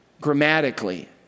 grammatically